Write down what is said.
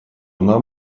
нам